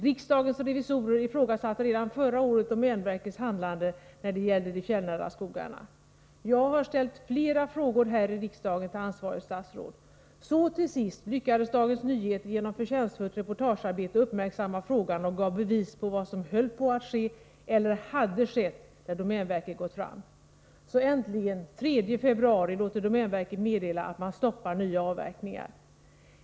Riksdagens revisorer ifrågasatte redan förra året domänverkets handlande när det gällde de fjällnära skogarna. Jag har ställt flera frågor här i riksdagen till ansvarigt statsråd. Till sist lyckades Dagens Nyheter, genom förtjänstfullt reportagearbete, skapa uppmärksamhet i frågan; tidningen gav bevis på vad som höll på att ske eller hade skett där domänverket gått fram. Så äntligen, den 3 februari, låter domänverket meddela att man stoppar nya avverkningar.